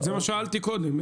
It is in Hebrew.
זה מה ששאלתי קודם.